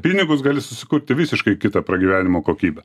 pinigus gali susikurti visiškai kitą pragyvenimo kokybę